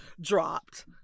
dropped